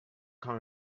count